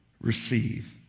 receive